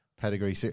Pedigree